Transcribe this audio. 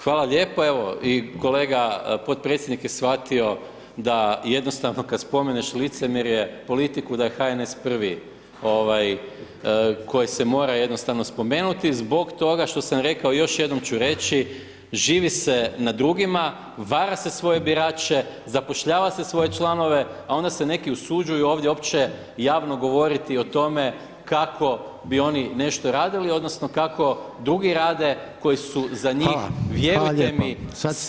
Hvala lijepo, evo i kolega potpredsjednik je shvatio da jednostavno kad spomeneš licemjerje, politiku da je HNS prvi koji se mora jednostavno spomenuti, zbog toga što sam rekao, još jednom ću reći, živi se na drugima, vara se svoje birače, zapošljava se svoje članove a onda se neki usuđuju ovdje uopće javno govoriti o tome kako bi oni nešto radili odnosno kako drugi rade koji su za njih, vjerujte mi sve